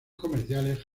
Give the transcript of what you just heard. comerciales